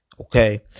Okay